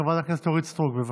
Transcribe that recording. חברת הכנסת אורית סטרוק, בבקשה.